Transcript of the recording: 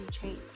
change